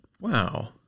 wow